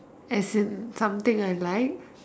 as in something alike